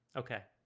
okay